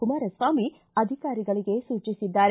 ಕುಮಾರಸ್ವಾಮಿ ಅಧಿಕಾರಿಗಳಿಗೆ ಸೂಚಿಸಿದ್ದಾರೆ